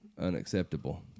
unacceptable